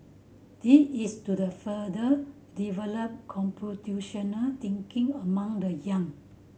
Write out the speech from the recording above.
this is to the further develop computational thinking among the young